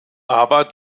aber